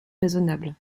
raisonnable